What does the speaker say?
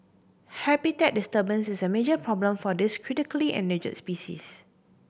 habitat disturbance is a problem for this critically species